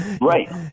right